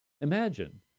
Imagine